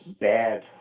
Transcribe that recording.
bad